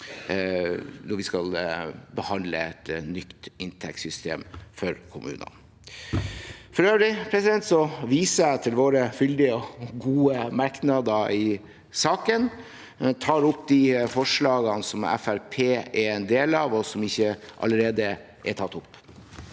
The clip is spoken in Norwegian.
når vi skal behandle et nytt inntektssystem for kommunene. For øvrig viser jeg til våre fyldige og gode merknader i saken, og jeg tar opp de forslagene Fremskrittspartiet står bak som ikke allerede er tatt opp.